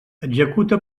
executa